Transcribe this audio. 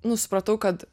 nu supratau kad